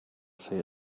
see